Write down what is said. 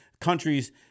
countries